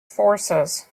forces